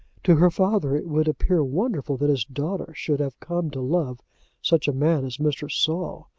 to her father it would appear wonderful that his daughter should have come to love such a man as mr. saul,